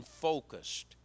focused